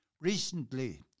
Recently